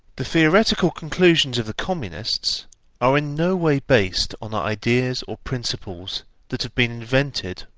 the theoretical conclusions of the communists are in no way based on ideas or principles that have been invented,